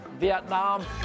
Vietnam